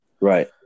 Right